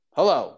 Hello